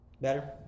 Better